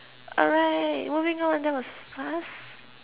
alright moving on that was fast